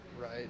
right